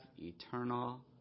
eternal